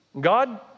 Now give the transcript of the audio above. God